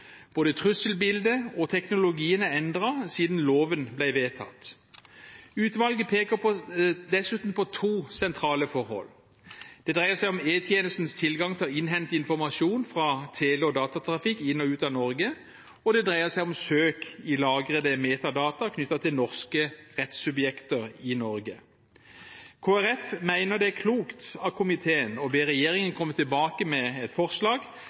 vedtatt. Utvalget peker dessuten på to sentrale forhold: Det dreier seg om E-tjenestens tilgang til å innhente informasjon fra tele- og datatrafikk inn og ut av Norge, og det dreier seg om søk i lagrede metadata knyttet til norske rettssubjekter i Norge. Kristelig Folkeparti mener det er klokt av komiteen å be regjeringen komme tilbake med et forslag